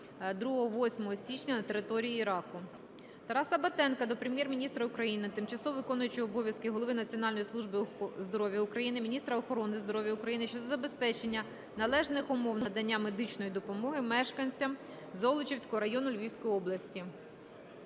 2-8 січня на території Іраку. Тараса Батенка до Прем'єр-міністра України, тимчасово виконуючого обов'язки голови Національної служби здоров'я України, міністра охорони здоров'я України щодо забезпечення належних умов надання медичної допомоги мешканцям Золочівського району Львівської області.